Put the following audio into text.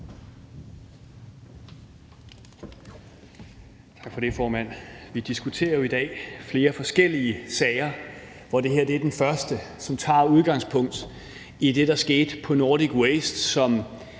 Tak for det, formand. Vi diskuterer jo i dag flere forskellige sager, hvor det her er den første når det her er den første, som tager udgangspunkt i det, der skete på Nordic Waste, som